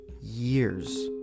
years